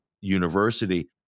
University